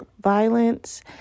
violence